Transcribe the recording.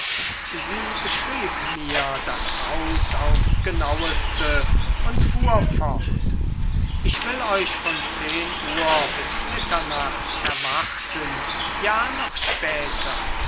sie beschrieb mir das haus aufs genaueste und fuhr fort ich will euch von zehn uhr bis mitternacht erwarten ja noch später